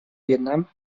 vietnam